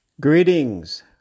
Greetings